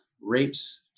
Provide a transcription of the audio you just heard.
rapes